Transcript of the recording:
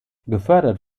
gefördert